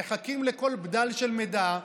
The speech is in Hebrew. ומחכים לכל בדל של מידע.